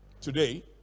today